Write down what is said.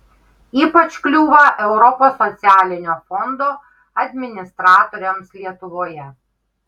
ypač kliūva europos socialinio fondo administratoriams lietuvoje